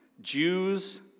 Jews